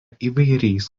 įvairiais